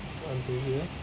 undo here